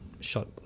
shot